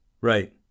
Right